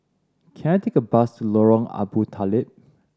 can I take a bus to Lorong Abu Talib